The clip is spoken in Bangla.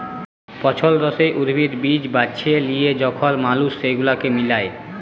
পছল্দসই উদ্ভিদ, বীজ বাছে লিয়ে যখল মালুস সেগুলাকে মিলায়